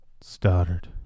Stoddard